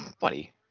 Buddy